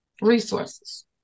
Resources